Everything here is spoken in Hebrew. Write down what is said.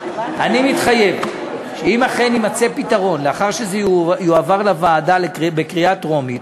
אני מתחייב שאם אכן יימצא פתרון לאחר שזה יועבר לוועדה בקריאה טרומית,